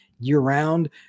year-round